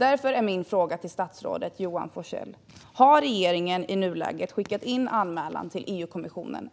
Har regeringen, statsrådet Johan Forssell, i nuläget skickat in anmälan till EU-kommissionen?